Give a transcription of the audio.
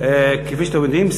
כפי שאתם יודעים,